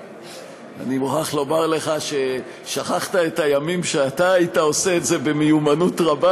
אני מוכרח לומר לך ששכחת את הימים שאתה היית עושה את זה במיומנות רבה,